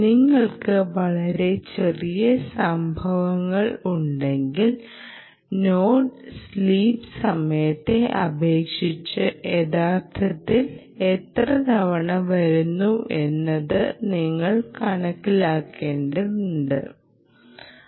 നിങ്ങൾക്ക് വളരെ ചെറിയ സംഭവങ്ങളുണ്ടെങ്കിൽ നോഡ് സ്ലീപ് സമയത്തെ അപേക്ഷിച്ച് യഥാർത്ഥത്തിൽ എത്ര തവണ വരുന്നു എന്നത് നിങ്ങൾ കണക്കിലെടുക്കണം